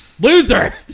Loser